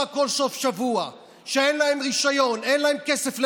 כל סוף שבוע ושאין להם רישיון ושאין להם כסף למונית.